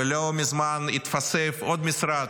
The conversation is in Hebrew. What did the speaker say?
ולא מזמן התווסף עוד משרד,